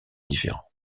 différent